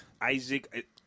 Isaac